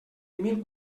mil